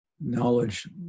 knowledge